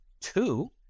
Two